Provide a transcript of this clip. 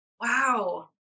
Wow